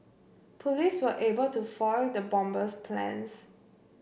police were able to foil the bomber's plans